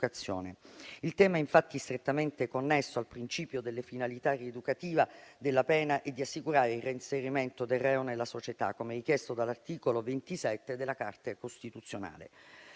Il tema, infatti, è strettamente connesso al principio della finalità rieducativa della pena e di assicurare il reinserimento del reo nella società, come richiesto dall'articolo 27 della Carta costituzionale.